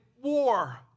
war